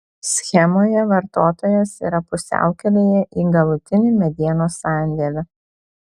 schemoje vartotojas yra pusiaukelėje į galutinį medienos sandėlį